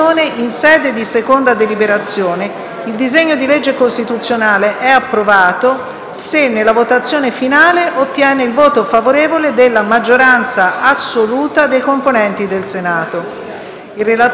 il disegno di legge costituzionale sarà approvato se nella votazione finale otterrà il voto favorevole della maggioranza assoluta dei componenti del Senato. Il relatore, senatore Zeller,